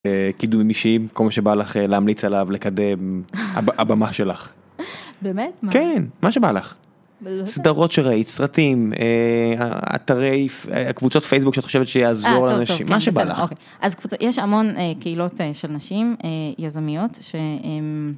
קידומים אישיים כל מה שבא לך להמליץ עליו לקדם הבמה שלך. באמת מה. כן מה שבא לך. לא יודעת. סדרות שראית סרטים אתרי... הקבוצות פייסבוק שאת חושבת שיעזור לנשים מה שבא לך. אז קבוצות יש המון קהילות של נשים יזמיות שהן.